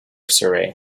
surrey